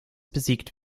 besiegt